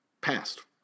passed